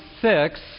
six